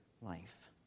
life